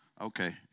Okay